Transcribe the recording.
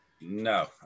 No